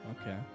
Okay